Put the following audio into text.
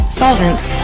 solvents